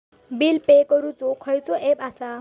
Bill pay करूक खैचो app असा?